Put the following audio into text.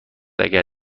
اگر